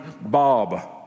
Bob